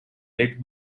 lit